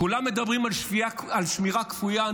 כולם מדברים על שמירה כפויה,